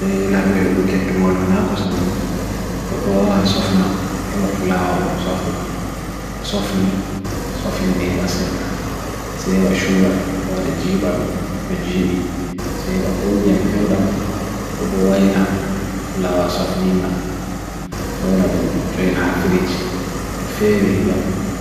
dwe lak bwye ndw gwe ketonggol wala kosa mini got loa han sufna heba phulao awa wom sufna dwe sufni sufni nyeba set da se hewa sugar waw rejib adum dwe jibi se hewa kondi an pewo dam kobo waila phulao awa sufni inga mai waila dum dwe ina hai phirij de fairwe nin jam